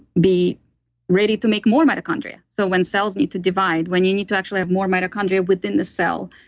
be ready to make more mitochondria. so when cells need to divide, when you need to actually have more mitochondria within the cell.